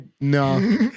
no